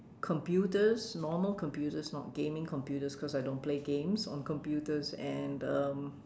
computers normal computers not gaming computers cause I don't play games on computers and um